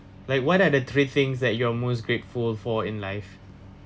like what are the three things that you are most grateful for in life